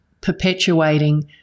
perpetuating